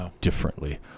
differently